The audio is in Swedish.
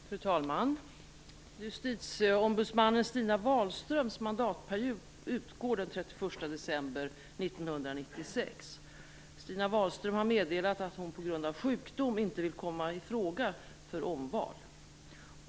Fru talman! Justitieombudsmannen Stina Wahlströms mandatperiod utgår den 31 december 1996. Stina Wahlström har meddelat att hon på grund av sjukdom inte vill komma i fråga för omval.